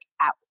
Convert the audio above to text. out